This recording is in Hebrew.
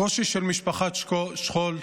הקושי של משפחת שכול,